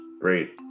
Great